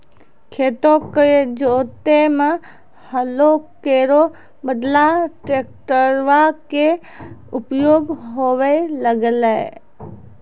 खेतो क जोतै म हलो केरो बदला ट्रेक्टरवा कॅ उपयोग होबे लगलै